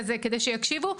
כדי שיקשיבו.